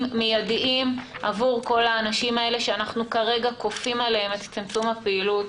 מידיים עבור כל האנשים האלה שאנחנו כרגע כופים עליהם את צמצום הפעילות